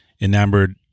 enamored